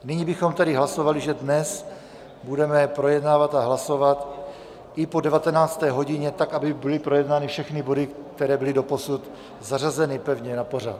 Nyní bychom tedy hlasovali, že dnes budeme projednávat a hlasovat i po 19. hodině tak, aby byly projednány všechny body, které byly doposud zařazeny pevně na pořad.